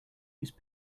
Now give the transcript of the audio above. use